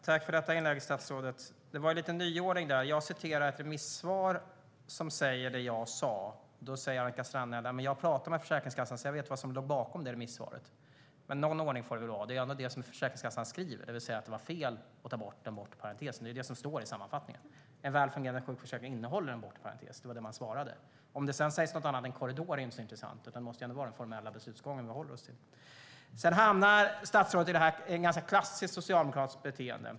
Fru talman! Tack för inlägget, statsrådet! Det var lite nyordning där. Jag citerade ett remissvar som säger det jag sa. Då svarar Annika Strandhäll att hon har pratat med Försäkringskassan och vet vad som låg bakom remissvaret. Men någon ordning får det väl ändå vara? Försäkringskassan skriver faktiskt att det var fel att ta bort den bortre parentesen. Det är det som står i sammanfattningen: En väl fungerande sjukförsäkring innehåller en bortre parentes. Det var detta man svarade. Om det sägs något annat i en korridor är inte så intressant, utan det måste vara den formella beslutsgången vi håller oss till. Sedan hamnar statsrådet i ett ganska klassiskt socialdemokratiskt beteende.